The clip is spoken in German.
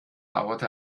dauerte